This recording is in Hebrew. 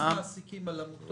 מע"מ -- מס מעסיקים על עמותות?